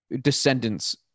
descendants